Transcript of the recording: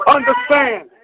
Understand